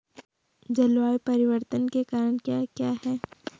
जलवायु परिवर्तन के कारण क्या क्या हैं?